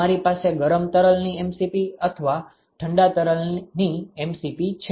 તમારી પાસે ગરમ તરલની mCp અથવા ઠંડા તરલની mCp છે